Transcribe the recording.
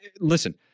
listen